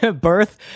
Birth